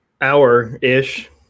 hour-ish